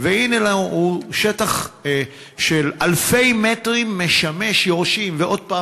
והנה שטח של אלפי מטרים משמש יורשים ועוד פעם